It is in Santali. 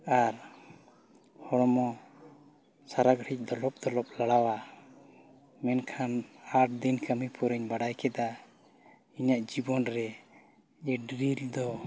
ᱟᱨ ᱦᱚᱲᱢᱚ ᱥᱟᱨᱟ ᱜᱷᱟᱹᱲᱤ ᱫᱚᱚᱞᱯ ᱫᱚᱞᱚᱯ ᱞᱟᱲᱟᱜᱼᱟ ᱢᱮᱱᱠᱷᱟᱱ ᱟᱴ ᱫᱤᱱ ᱠᱟᱹᱢᱤ ᱯᱚᱨᱮᱧ ᱵᱟᱲᱟᱭ ᱠᱮᱫᱟ ᱤᱧᱟᱹᱜ ᱡᱤᱵᱚᱱᱨᱮ ᱡᱮ ᱰᱨᱤᱞ ᱫᱚ